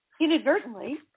inadvertently